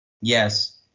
Yes